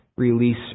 Release